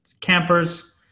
campers